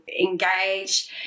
engage